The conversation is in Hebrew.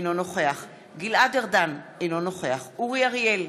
אינו נוכח גלעד ארדן, אינו נוכח אורי אריאל,